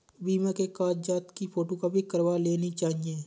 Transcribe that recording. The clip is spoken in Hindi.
बीमा के कागजात की फोटोकॉपी करवा लेनी चाहिए